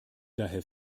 daher